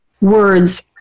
words